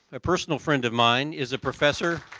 a personal friend of mine, is a professor